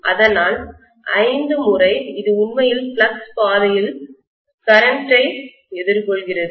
அதனால் 5 முறை இது உண்மையில் ஃப்ளக்ஸ் பாதையில் கரண்ட்டைமின்னோட்டத்தை எதிர்கொள்கிறது